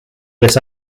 this